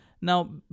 Now